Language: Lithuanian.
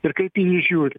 ir kaip į jį žiūri